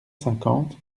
cinquante